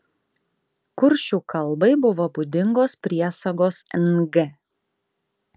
kuršių kalbai buvo būdingos priesagos ng